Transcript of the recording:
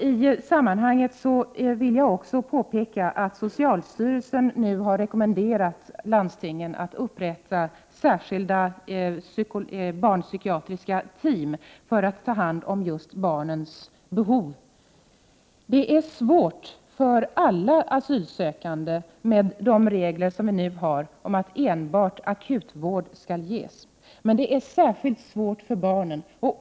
I sammanhanget vill jag också påpeka att socialstyrelsen nu har rekommenderat landstingen att upprätta särskilda barnpsykiatriska team för att ta hand om just barnens behov. Med de regler som vi nu har om att enbart akutvård skall ges är det svårt för alla asylsökande, men det är särskilt svårt för barnen.